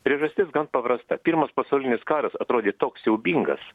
priežastis gan paprasta pirmas pasaulinis karas atrodė toks siaubingas